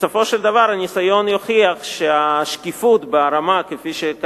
בסופו של דבר הניסיון יוכיח שהשקיפות ברמה שבה